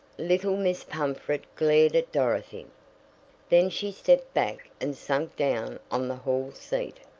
little miss pumfret glared at dorothy then she stepped back and sank down on the hall seat.